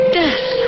death